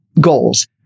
goals